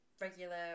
regular